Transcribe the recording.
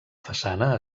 façana